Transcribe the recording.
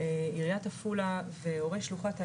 עיריית עפולה והורי שלוחת "אלון",